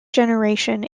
generation